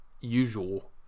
usual